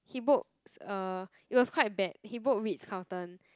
he books uh it was quite bad he book Ritz Carlton